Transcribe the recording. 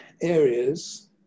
areas